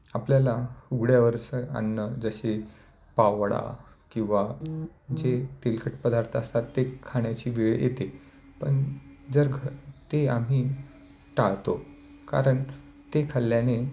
आपल्याला उघड्यावरसं अन्न जसे पाववडा किंवा जे तेलकट पदार्थ असतात ते खाण्याची वेळ येते पण जर घर ते आम्ही टाळतो कारण ते खाल्ल्याने